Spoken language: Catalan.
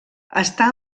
està